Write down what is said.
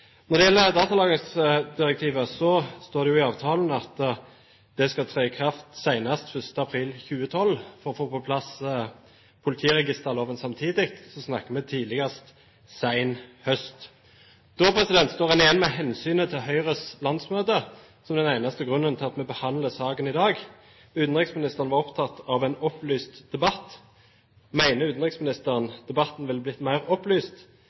Når det gjelder datalagringsdirektivet, står det jo i avtalen at det skal tre i kraft senest 1. april 2012, og for å få på plass politiregisterloven samtidig, snakker vi tidligst om sen høst. Da står man igjen med hensynet til Høyres landsmøte som den eneste grunnen til at vi behandler saken i dag. Utenriksministeren er opptatt av en opplyst debatt. Mener utenriksministeren at debatten ville ha blitt mer opplyst